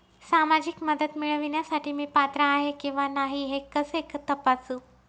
सामाजिक मदत मिळविण्यासाठी मी पात्र आहे किंवा नाही हे कसे तपासू?